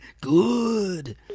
Good